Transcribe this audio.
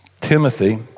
Timothy